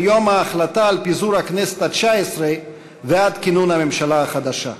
יום ההחלטה על פיזור הכנסת התשע-עשרה ועד כינון הממשלה החדשה?